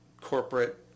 corporate